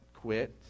quit